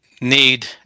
need